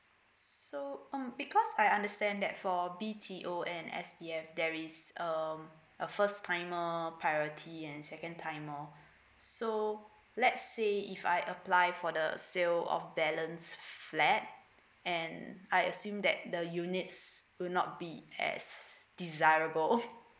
so um because I understand that for B_T_O and S_B_F there is um a first timer priority and second timer so let's say if I apply for the sale of balance flat and I assume that the units will not be as desirable